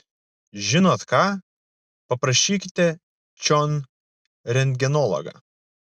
žinot ką paprašykite čion rentgenologą